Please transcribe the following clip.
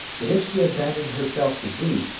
that if she abandoned herself to grief,